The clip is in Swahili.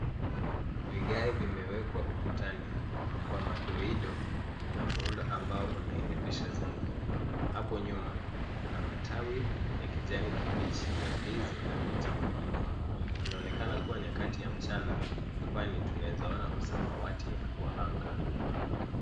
Vigae vimewekwa ukutani kwa madoido na muundo ambao unairembesha zaidi. Hapo nyuma, kuna matawi ya kijani kibichi ya ndizi na miti mingine. Inaonekana kuwa nyakati ya mchana kwani tunaweza ona usamawati wa anga.